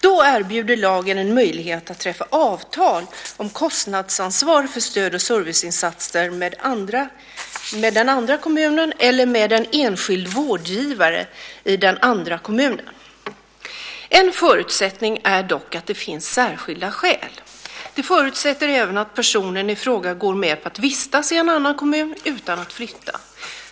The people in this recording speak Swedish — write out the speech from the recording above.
Då erbjuder lagen en möjlighet att träffa avtal om kostnadsansvar för stöd och serviceinsatser med den andra kommunen eller med en enskild vårdgivare i den andra kommunen. En förutsättning är dock att det finns särskilda skäl. Det förutsätter även att personen i fråga går med på att vistas i en annan kommun utan att flytta.